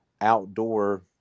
outdoor